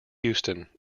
houston